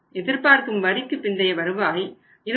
எதிர்பார்க்கும் வரிக்குப் பிந்தைய வருவாய் 24